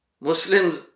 Muslims